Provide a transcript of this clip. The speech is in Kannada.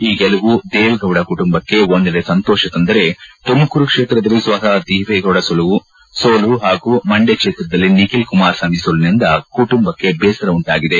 ಈ ಗೆಲುವು ದೇವೇಗೌಡ ಕುಟುಂಬಕ್ಕೆ ಒಂದೆಡೆ ಸಂತೋಷ ತಂದರೆ ತುಮಕೂರು ಕ್ಷೇತ್ರದಲ್ಲಿ ಸ್ವತಃ ದೇವೇಗೌಡ ಸೋಲು ಹಾಗೂ ಮಂಡ್ಯ ಕ್ಷೇತ್ರದಲ್ಲಿ ನಿಖಿಲ್ ಕುಮಾರಸ್ವಾಮಿ ಸೋಲಿನಿಂದ ಕುಟುಂಬಕ್ಕೆ ಬೇಸರ ಉಂಟಾಗಿದೆ